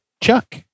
Chuck